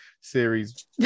series